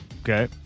Okay